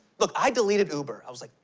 look, i deleted uber. i was like,